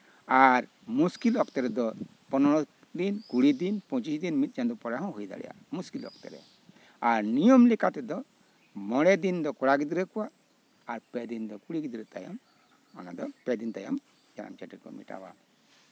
ᱟᱨ ᱢᱩᱥᱠᱤᱞ ᱚᱠᱛᱚ ᱨᱮᱫᱚ ᱯᱚᱱᱮᱨᱚ ᱫᱤᱱ ᱠᱩᱲᱤ ᱫᱤᱱ ᱯᱚᱸᱪᱤᱥ ᱫᱤᱱ ᱢᱤᱫ ᱪᱟᱸᱫᱳ ᱯᱚᱨᱮ ᱦᱚᱸ ᱦᱩᱭ ᱫᱟᱲᱮᱭᱟᱜᱼᱟ ᱢᱩᱥᱠᱤᱞ ᱚᱠᱛᱚ ᱨᱮ ᱟᱨ ᱱᱤᱭᱚᱢ ᱞᱮᱠᱟᱛᱮᱫᱚ ᱢᱚᱬᱮ ᱫᱤᱱ ᱫᱚ ᱠᱚᱲᱟ ᱠᱚᱣᱟᱜ ᱟᱨ ᱯᱮ ᱫᱤᱱ ᱫᱚ ᱠᱩᱲᱤ ᱜᱤᱫᱽᱨᱟᱹ ᱯᱮ ᱫᱤᱱ ᱛᱟᱭᱚᱢ ᱚᱱᱟ ᱫᱚᱠᱚ ᱢᱮᱴᱟᱣᱟ